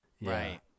right